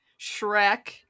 Shrek